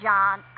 John